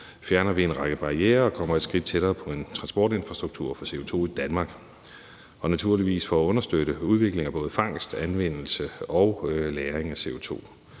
fjerner vi en række barrierer og kommer et skridt tættere på en transportinfrastruktur for CO2 i Danmark, og det er naturligvis for at understøtte udviklingen af både fangst, anvendelse og lagring af CO2.